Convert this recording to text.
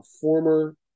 former